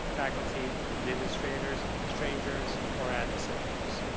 faculty, administrators, strangers, or adversaries.